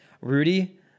Rudy